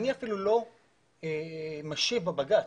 אני אפילו לא משיב בבג"צ.